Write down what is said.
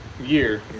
year